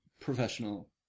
Professional